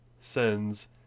sends